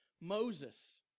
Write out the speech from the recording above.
Moses